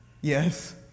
Yes